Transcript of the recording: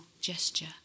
gesture